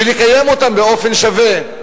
ונקיים אותם באופן שווה.